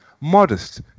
modest